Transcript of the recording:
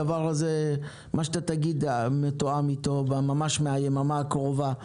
שאתה תגיד מתואם אתו ממש מהיממה הקרובה,